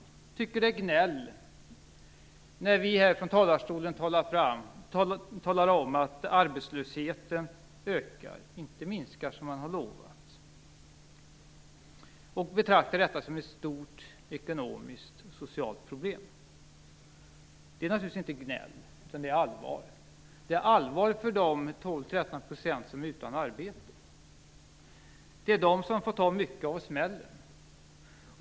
Man tycker att det är gnäll när vi här från talarstolen talar om att arbetslösheten ökar i stället för att minska, som man har lovat, och att vi betraktar detta som ett stort ekonomiskt och socialt problem. Det är naturligtvis inte gnäll, utan det är allvar. Det är allvar för de 12-13 % som är utan arbete. Det är de som får ta mycket av smällen.